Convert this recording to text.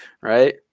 right